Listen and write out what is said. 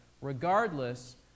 regardless